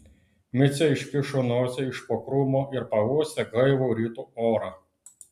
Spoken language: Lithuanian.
micė iškišo nosį iš po krūmo ir pauostė gaivų ryto orą